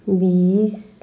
बिस